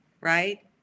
right